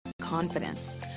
confidence